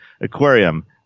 aquarium